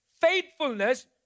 faithfulness